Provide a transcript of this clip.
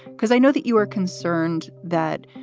because i know that you are concerned that